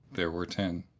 there were ten.